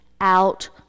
out